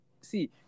see